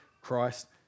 Christ